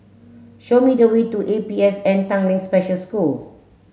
show me the way to A P S N Tanglin Special School